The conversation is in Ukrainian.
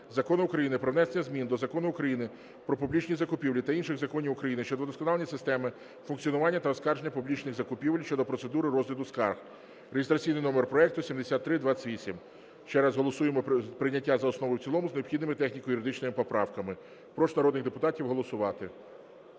Закону України "Про внесення змін до Закону України "Про публічні закупівлі" та інших законів України щодо вдосконалення системи функціонування та оскарження публічних закупівель" щодо процедури розгляду скарг (реєстраційний номер проекту 7328). Ще раз голосуємо прийняття за основу і в цілому з необхідними техніко-юридичними поправками. Прошу народних депутатів голосувати.